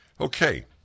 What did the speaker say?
Okay